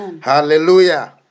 Hallelujah